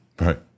Right